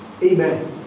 Amen